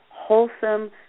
wholesome